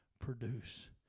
produce